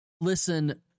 listen